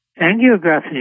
Angiography